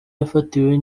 yafatiwe